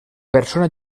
persona